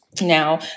now